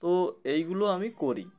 তো এইগুলো আমি করি